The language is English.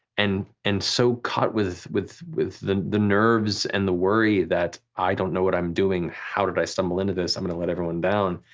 and and so caught with with the the nerves and the worry that i don't know what i'm doing, how did i stumble into this, i'm gonna let everyone down,